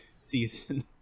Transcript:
season